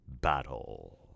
battle